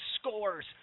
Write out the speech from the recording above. scores